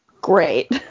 Great